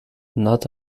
not